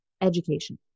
education